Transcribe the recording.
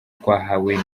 twahawe